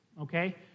okay